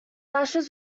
ashes